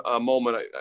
moment